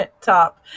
top